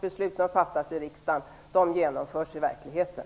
Beslut som fattas i riksdagen genomförs i verkligheten.